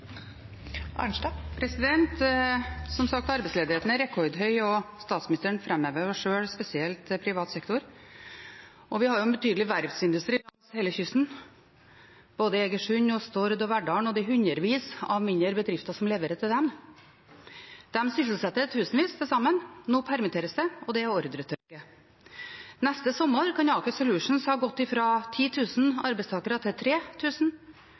Som sagt er arbeidsledigheten rekordhøy, og statsministeren framhever sjøl spesielt privat sektor. Vi har en betydelig verftsindustri langs hele kysten, både i Egersund og Stord og Verdal, og det er hundrevis av mindre bedrifter som leverer til dem. De sysselsetter tusenvis til sammen. Nå permitteres de, og det er ordretørke. Neste sommer kan Aker Solution ha gått fra 10 000 arbeidstakere til 3 000, og Kværner kan ha gått fra 7 000 til